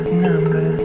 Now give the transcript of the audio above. number